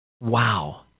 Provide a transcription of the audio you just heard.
Wow